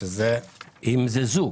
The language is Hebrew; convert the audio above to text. שזה --- רק אם זה זוג.